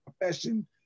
profession